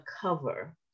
cover